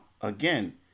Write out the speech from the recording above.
again